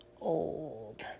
old